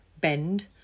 bend